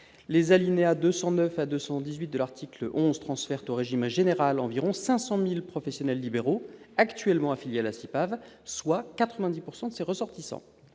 Les alinéas 209 à 218 de l'article 11 transfèrent au régime général environ 500 000 professionnels libéraux actuellement affiliés à la CIPAV, soit 90 % de ses ressortissants.